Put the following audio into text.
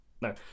no